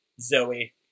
Zoe